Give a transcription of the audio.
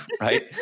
right